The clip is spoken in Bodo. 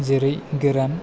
जेरै गोरान